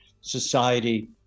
society